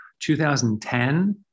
2010